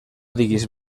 diguis